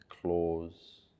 claws